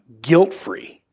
guilt-free